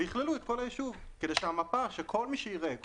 ויכללו את כל הישוב כדי שכל מי שיראה את המפה,